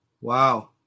wow